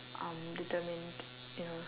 um determined you know